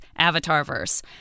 Avatarverse